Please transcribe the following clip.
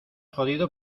jodido